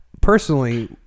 personally